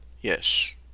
yes